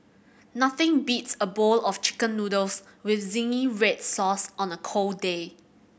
nothing beats a bowl of Chicken Noodles with zingy red sauce on a cold day